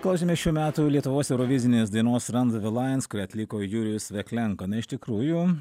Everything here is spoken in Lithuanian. klausėmės šių metų lietuvos eurovizinės dainos ran viz ze lajens kurį atliko jurijus veklenko na iš tikrųjų